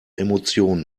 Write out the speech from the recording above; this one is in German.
emotionen